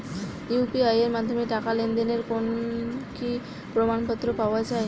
UPI এর মাধ্যমে টাকা লেনদেনের কোন কি প্রমাণপত্র পাওয়া য়ায়?